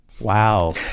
Wow